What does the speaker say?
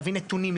להביא נתונים,